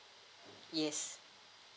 yes